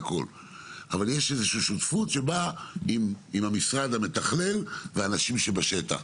אבל כן יש איזושהי שותפות עם המשרד המתכלל ועם האנשים שבשטח.